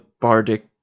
bardic